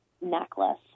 necklace